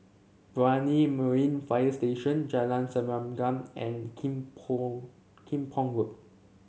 Brani Marine Fire Station Jalan Serengam and Kim Pong Kim Pong Road